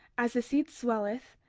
as the seed swelleth,